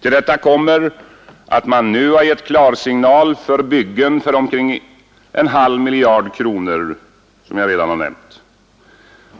Till detta kommer att man som jag redan har nämnt nu har gett klarsignal för byggen för omkring en halv miljard kronor.